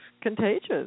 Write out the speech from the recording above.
contagious